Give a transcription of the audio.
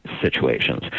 situations